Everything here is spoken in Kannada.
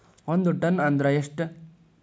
ಒಂದ್ ಟನ್ ಅಂದ್ರ ಎಷ್ಟ?